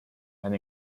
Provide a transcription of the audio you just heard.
and